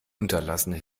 unterlassene